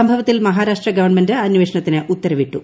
സംഭവത്തിൽ മഹാരാഷ്ട്ര ഗവൺമെന്റ് അന്വേഷണത്തിന് ഉത്തരവിട്ടു